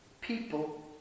people